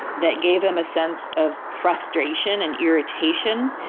that gave them a sense of frustration and irritation.